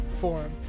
forum